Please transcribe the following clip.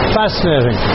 fascinating